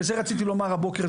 וזה רציתי לומר הבוקר,